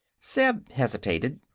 zeb hesitated.